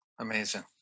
Amazing